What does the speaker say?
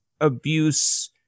abuse